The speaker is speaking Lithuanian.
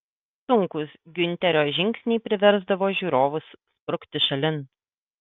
sunkūs giunterio žingsniai priversdavo žiūrovus sprukti šalin